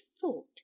thought